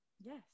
yes